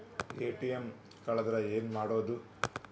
ATM ಕಳದ್ರ ಏನು ಮಾಡೋದು?